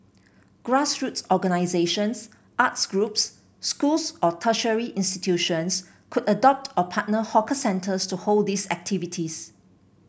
grassroots organisations arts groups schools or tertiary institutions could adopt or partner hawker centres to hold these activities